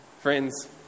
Friends